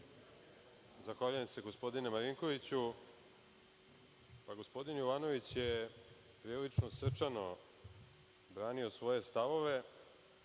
Zahvaljujem se gospodine Marinkoviću. Gospodin Jovanović je, prilično srčano, branio svoje stavove,